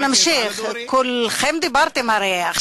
כולכם דיברתם, הרי.